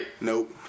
Nope